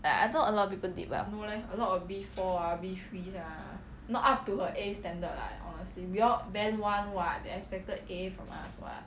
like I thought a lot of people did well